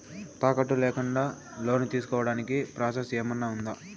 తాకట్టు లేకుండా లోను తీసుకోడానికి ప్రాసెస్ ఏమన్నా ఉందా?